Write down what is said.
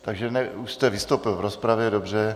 Takže už jste vystoupil v rozpravě, dobře.